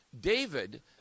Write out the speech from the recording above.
David